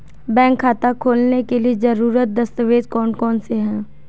Bank खाता खोलने के लिए ज़रूरी दस्तावेज़ कौन कौनसे हैं?